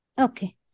Okay